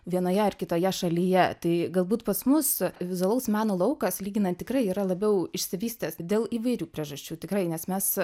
vienoje ar kitoje šalyje tai galbūt pas mus vizualaus meno laukas lyginant tikrai yra labiau išsivystęs dėl įvairių priežasčių tikrai nes mes